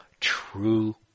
true